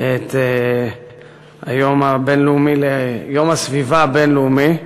את יום הסביבה הבין-לאומי,